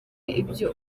ibyo